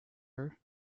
her